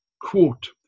quote